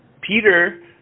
Peter